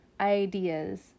ideas